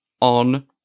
on